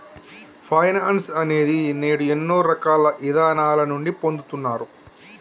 finance అనేది నేడు ఎన్నో రకాల ఇదానాల నుండి పొందుతున్నారు